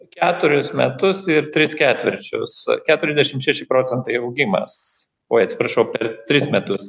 keturis metus ir tris ketvirčius keturiasdešimt šeši procentai augimas oi atsiprašau per tris metus